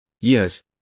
Yes